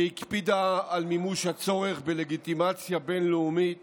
שהקפידה על מימוש הצורך בלגיטימציה בין-לאומית